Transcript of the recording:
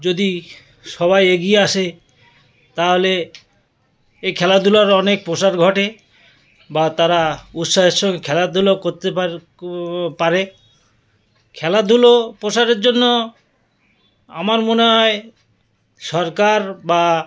যদি সবাই এগিয়ে আসে তাহলে এই খেলাধুলার অনেক প্রসার ঘটে বা তারা উৎসাহের সঙ্গে খেলাধুলাও করতে পারে পারে খেলাধুলো প্রসারের জন্য আমার মনে হয় সরকার বা